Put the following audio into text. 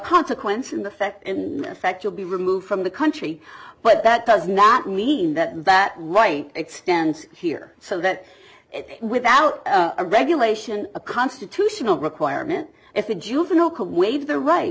consequence in the fact in effect you'll be removed from the country but that does not mean that that right extends here so that without a regulation a constitutional requirement if a juvenile can waive the right